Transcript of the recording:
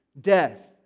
death